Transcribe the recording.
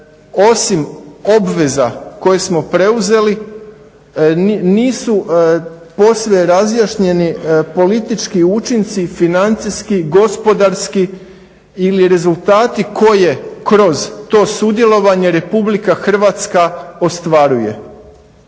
osim obveza koje smo preuzeli nisu poslije razjašnjeni politički učinci, financijski, gospodarski ili rezultati koje kroz to sudjelovanje RH ostvaruje.